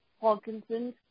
Parkinson's